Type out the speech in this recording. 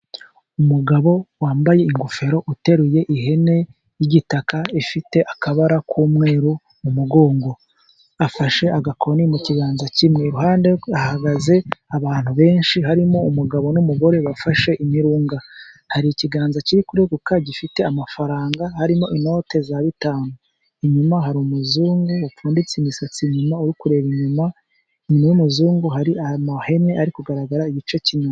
Umugabo wambaye ingofero uteruye ihene y'igitaka ifite akabara k'umweru mu mugongo. Afashe agakoni mu kiganza kimwe, iruhande rwe hahagaze abantu benshi harimo umugabo n'umugore bafashe imirunga, hari ikiganza kiri kureguka gifite amafaranga harimo inote za bitanu. Inyuma hari umuzungu upfunditse imisatsi nyuma , uri kureba inyuma . Inyuma y'umuzungu hari amahene ari kugaragara igice cy'inyuma.